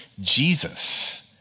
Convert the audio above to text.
Jesus